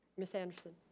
ms. anderson.